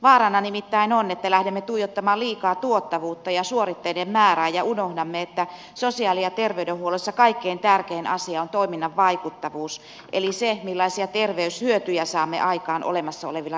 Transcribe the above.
vaarana nimittäin on että lähdemme tuijottamaan liikaa tuottavuutta ja suoritteiden määrää ja unohdamme että sosiaali ja terveydenhuollossa kaikkein tärkein asia on toiminnan vaikuttavuus eli se millaisia terveyshyötyjä saamme aikaan olemassa olevilla resursseilla